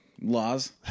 laws